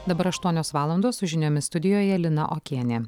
dabar aštuonios valandos su žiniomis studijoje lina okienė